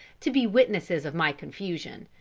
to be witnesses of my confusion.